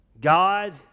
God